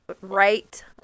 right